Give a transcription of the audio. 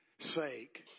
sake